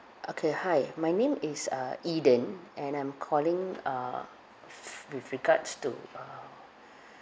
okay hi my name is uh eden and I'm calling uh with regards to uh